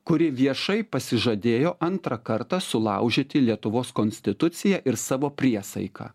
kuri viešai pasižadėjo antrą kartą sulaužyti lietuvos konstituciją ir savo priesaiką